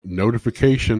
notification